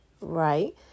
right